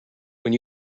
when